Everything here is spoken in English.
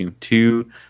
two